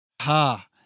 Ha